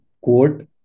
quote